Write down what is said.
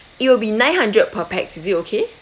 it will be nine hundred per pax is it okay